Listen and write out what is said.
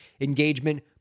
Engagement